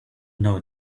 know